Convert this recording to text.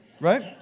Right